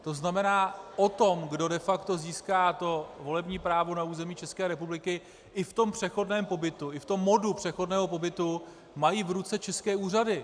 To znamená o tom, kdo de facto získá to volební právo na území České republiky i v tom přechodném pobytu, i v tom modu přechodného pobytu, mají v ruce české úřady.